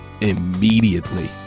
immediately